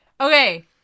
Okay